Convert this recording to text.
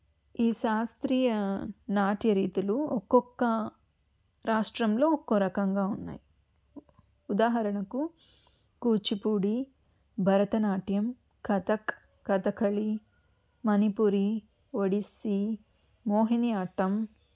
ఈ శాస్త్రీయ నాట్యరీతులు ఒక్కొక్క రాష్ట్రంలో ఒకో రకంగా ఉన్నాయి ఉదాహరణకు కూచిపూడి భరతనాట్యం కథక్ కథకళీ మణిపూరీ ఒడిస్సీ మోహిని అట్టం